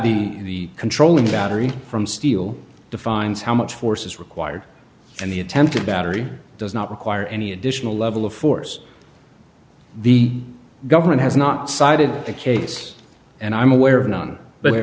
the controlling battery from steel defines how much force is required and the attempt to battery does not require any additional level of force the government has not cited the case and i'm aware of none but